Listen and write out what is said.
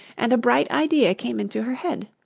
and a bright idea came into her head.